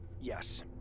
Yes